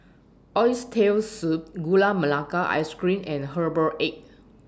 Oxtail Soup Gula Melaka Ice Cream and Herbal Egg